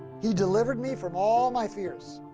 he delivered me from all my fear. so